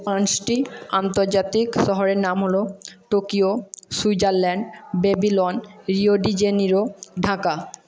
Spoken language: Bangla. পাঁচটি আন্তর্জাতিক শহরের নাম হল Tokyo Switzerland Babylon Rio de Janeiro Dhaka